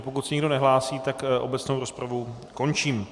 Pokud se nikdo nehlásí, obecnou rozpravu končím.